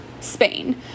Spain